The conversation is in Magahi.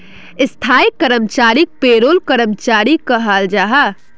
स्थाई कर्मचारीक पेरोल कर्मचारी कहाल जाहा